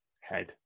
head